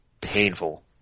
painful